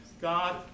God